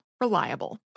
reliable